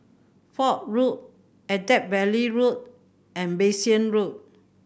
Fort Road Attap Valley Road and Bassein Road